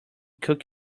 cook